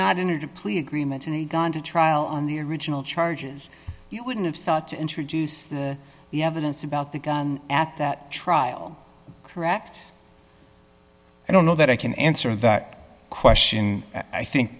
not entered a plea agreement and gone to trial on the original charges you wouldn't have sought to introduce the the evidence about the gun at that trial correct i don't know that i can answer that question i think